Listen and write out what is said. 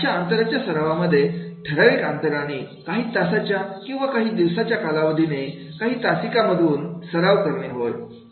अशा अंतराच्या सर्वांमध्ये ठराविक अंतराने काही तासांच्या किंवा काही दिवसाच्या कालावधीने काही तासिका मधून सराव करणे होय